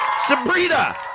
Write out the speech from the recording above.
Sabrina